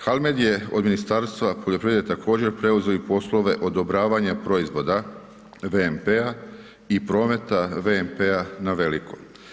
HALMED je od Ministarstva poljoprivrede također preuzeo i poslove odobravanja proizvoda, VMP-a i prometa VMP-a na veliko.